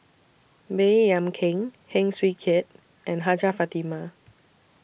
Baey Yam Keng Heng Swee Keat and Hajjah Fatimah